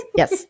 yes